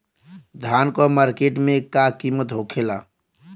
धान क मार्केट में का कीमत होखेला?